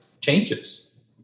changes